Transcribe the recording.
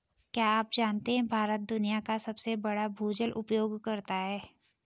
क्या आप जानते है भारत दुनिया का सबसे बड़ा भूजल उपयोगकर्ता है?